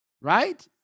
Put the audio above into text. right